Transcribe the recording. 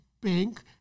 pink